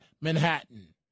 Manhattan